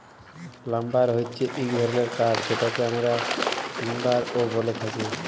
lumber হচ্যে এক ধরলের কাঠ যেটকে আমরা টিম্বার ও ব্যলে থাকি